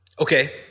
Okay